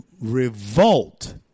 revolt